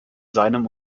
seinem